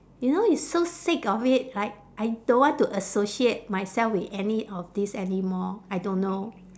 you know you so sick of it like I don't want to associate myself with any of this anymore I don't know